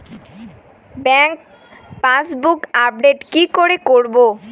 Bank passbook update কি করে করবো?